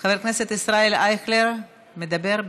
חבר הכנסת ישראל אייכלר, מדבר.